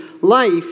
life